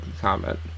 comment